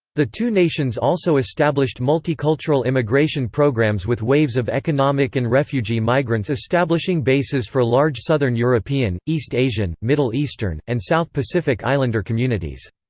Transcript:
the two nations also established multicultural immigration programs with waves of economic and refugee migrants establishing bases for large southern european, east asian, middle eastern, and south pacific islander communities.